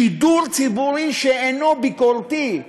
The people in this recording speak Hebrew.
שידור ציבורי שאינו ביקורתי,